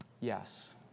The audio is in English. Yes